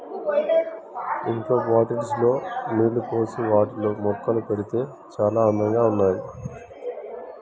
ఇంట్లో బాటిల్స్ లో నీళ్లు పోసి వాటిలో మొక్కలు పెడితే చాల అందంగా ఉన్నాయి